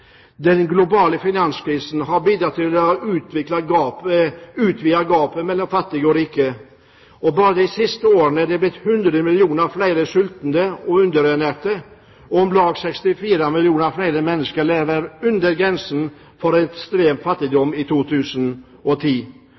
Den globale finanskrisen har bidratt til å utvide gapet mellom fattige og rike. Bare det siste året er det blitt 100 millioner flere sultende og underernærte, og om lag 64 millioner flere mennesker lever under grensen for ekstrem fattigdom i 2010.